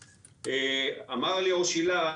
אמר ליאור שילת,